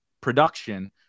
production